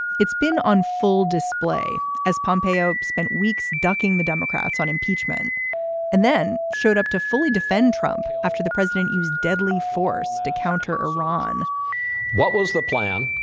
it's been on full display as pompeo spent weeks ducking the democrats on impeachment and then showed up to fully defend trump after the president used deadly force to counter iran what was the plan?